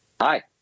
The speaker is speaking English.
Hi